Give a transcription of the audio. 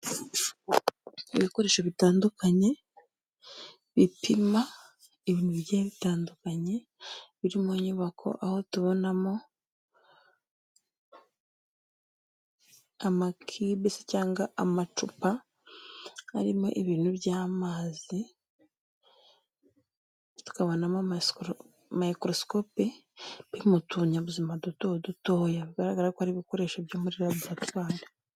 Ibikoresho bitandukanye; bipima ibintu bigiye bitandukanye; biri mu nyubako, aho tubonamo amakibe se cyangwa amacupa arimo ibintu by'amazi, tukabonamo mayikorosikopi, ipima utunyabuzima duto dutoya, bigaragara ko ari ibikoresho byo muri laburatwari.